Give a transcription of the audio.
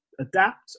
adapt